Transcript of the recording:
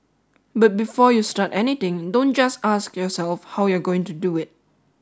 but before you start anything don't just ask yourself how you're going to do it